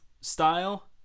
style